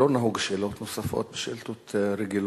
לא נהוג לשאול שאלות נוספות בשאילתות רגילות,